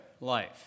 life